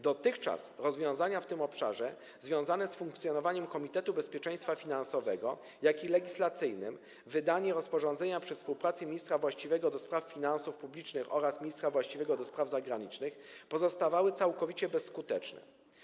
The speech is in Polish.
Dotychczas rozwiązania w tym obszarze związane z funkcjonowaniem komitetu bezpieczeństwa finansowego, jak również legislacyjnym, wydanie rozporządzenia przy współpracy ministra właściwego do spraw finansów publicznych oraz ministra właściwego do spraw zagranicznych pozostawały całkowicie bezskuteczne.